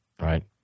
right